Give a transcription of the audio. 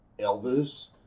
Elvis